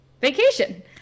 vacation